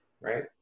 right